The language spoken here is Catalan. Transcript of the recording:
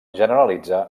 generalitzar